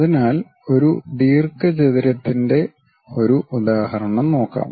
അതിനാൽ ഒരു ദീർഘചതുരത്തിന്റെ ഒരു ഉദാഹരണം നോക്കാം